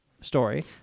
story